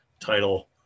title